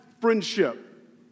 friendship